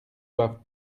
doivent